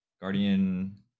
guardian